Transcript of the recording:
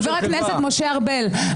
חבר הכנסת משה ארבל,